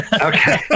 Okay